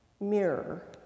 mirror